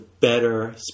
better